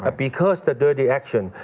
ah because the dirty action,